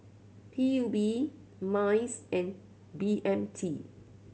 P U B MICE and B M T